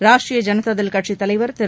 ராஷ்ட்ரிய ஜனதா தள் கட்சித் தலைவர் திரு